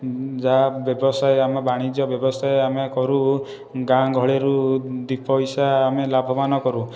ଯାହା ବ୍ୟବସାୟ ଆମ ବାଣିଜ୍ୟ ବ୍ୟବସାୟ ଆମେ କରୁ ଗାଁଗହଳିରୁ ଦୁଇ ପଇସା ଆମେ ଲାଭବାନ କରୁ